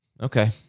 Okay